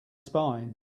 spine